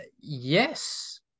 Yes